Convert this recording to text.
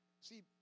See